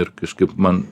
ir kažkaip man